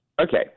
Okay